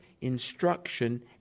instruction